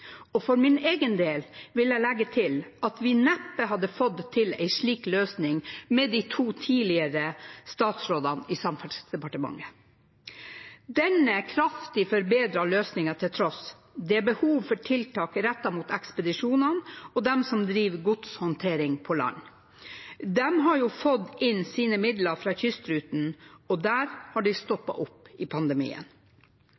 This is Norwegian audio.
For min egen del vil jeg legge til at vi neppe hadde fått til en slik løsning med de to tidligere statsrådene i Samferdselsdepartementet. Denne kraftig forbedrede løsningen til tross, det er behov for tiltak rettet mot ekspedisjonene og dem som driver godshåndtering på land. De har jo fått sine midler fra kystruten, og der har de